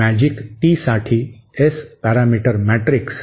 तर magic T साठी S parameter matrix